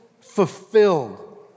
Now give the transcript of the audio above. fulfilled